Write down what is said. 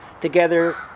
together